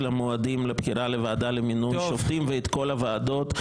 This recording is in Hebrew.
המועדים לבחירה לוועדה למינוי שופטים ואת כל הוועדות.